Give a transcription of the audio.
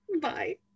bye